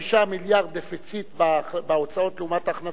משום ש-45 מיליארד דפיציט בהוצאות לעומת ההכנסות,